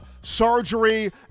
surgery